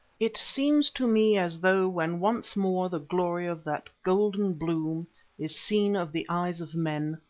it seems to me as though when once more the glory of that golden bloom is seen of the eyes of men,